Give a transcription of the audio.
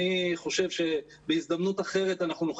אני חושב שבהזדמנות אחרת אנחנו נוכל